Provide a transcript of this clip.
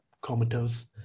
comatose